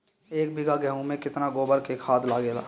एक बीगहा गेहूं में केतना गोबर के खाद लागेला?